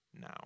now